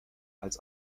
als